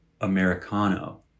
Americano